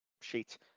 sheet